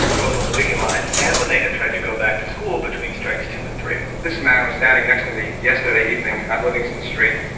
both on the picket lines and when they had tried to go back to school between strikes two and three this man was standing next to me yesterday evening at livingston street,